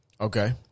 okay